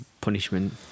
punishment